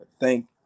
Thank